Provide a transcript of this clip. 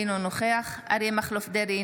אינו נוכח אריה מכלוף דרעי,